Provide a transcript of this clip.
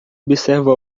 observa